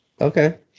Okay